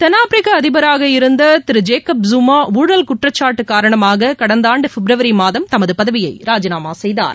தென்னாப்பிரிக்க அதிபராக இருந்த திரு ஜேக்கப்ப ஜுமா ஊழல் குற்றாச்சாட்டு காரணமாக கடந்த ஆண்டு பிப்ரவரி மாதம் தமது பதவியை ராஜினாமா செய்தார்